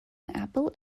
apple